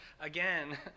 again